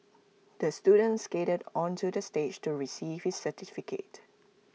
the student skated onto the stage to receive his certificate